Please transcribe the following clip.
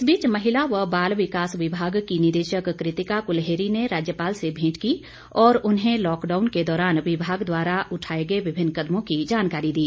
इस बीच महिला व बाल विकास विभाग की निदेशक कृतिका कुलेहरी ने राज्यपाल से भेंट की और उन्हें लॉकडाउन के दौरान विभाग द्वारा उठाए गए विभिन्न कदमों की जानकारी दी